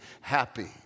happy